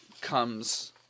comes